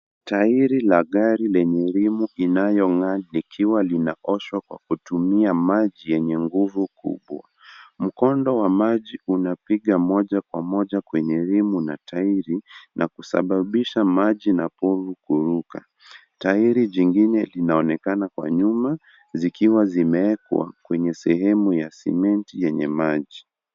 Tairi la gari lenye rimu inayong'aa, likiwa linaoshwa kwa kutumia maji yenye nguvu kubwa. Mkondo wa maji unapiga moja kwa moja kwenye rimu na tairi na kusababisha maji na povu kuruka. Tairi jingine linaonekana kwa nyuma, zikiwa zimeekwa kwenye sehemu ya sementi yenye maji.